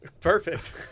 Perfect